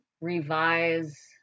Revise